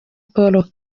paul